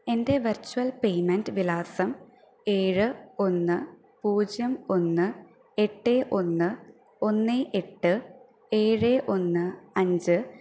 എൻ്റെ virtual payment വിലാസം ഏഴ് ഒന്ന് പൂജ്യം ഒന്ന് എട്ട് ഒന്ന് ഒന്ന് എട്ട് ഏഴ് ഒന്ന് അഞ്ച്